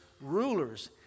rulers